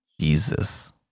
Jesus